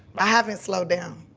i haven't slowed down.